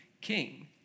king